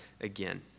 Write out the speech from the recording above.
again